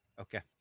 Okay